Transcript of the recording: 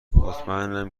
مطمئنم